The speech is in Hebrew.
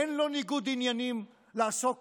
אין לו ניגוד עניינים לעסוק